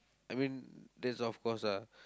I mean that's of course ah